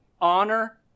Honor